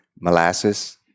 molasses